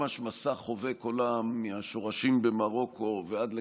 ממש מסע חובק עולם מהשורשים במרוקו ועד לקנדה,